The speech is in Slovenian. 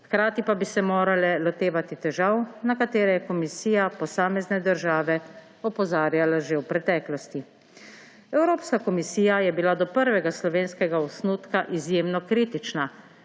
Hkrati pa bi se morale lotevati težav, na katere je Komisija posamezne države opozarjala že v preteklosti. Evropska komisija je bila do prvega slovenskega osnutka izjemno kritična,